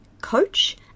coach